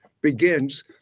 begins